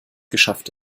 geschafft